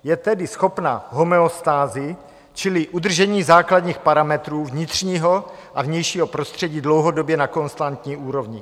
Je tedy schopna homeostázy, čili udržení základních parametrů vnitřního a vnějšího prostředí dlouhodobě na konstantní úrovni.